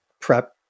prep